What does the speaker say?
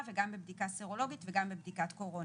וגם בבדיקה סרולוגית וגם בבדיקת קורונה.